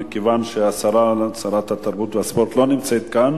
שרת התרבות והספורט לא נמצאת כאן,